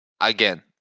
again